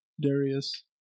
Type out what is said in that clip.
Darius